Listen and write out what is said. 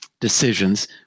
decisions